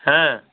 हाँ